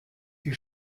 die